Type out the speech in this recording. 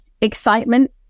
excitement